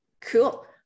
Cool